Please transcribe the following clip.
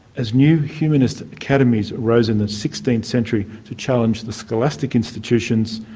as new humanist academies arose in the sixteenth century to challenge the scholastic institutions,